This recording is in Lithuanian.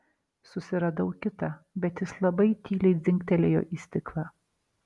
susiradau kitą bet jis labai tyliai dzingtelėjo į stiklą